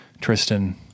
Tristan